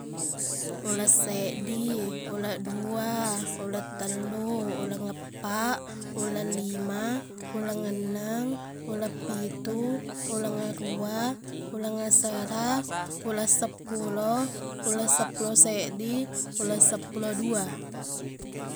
Ulesseddi, uleddua, ulettellu, ulengngeppaq, ulellima, ulengngenneng, uleppitu, uleng aruwa, uleng asera, ulesseppulo, ulessepulo seddi, ulesseppulo dua.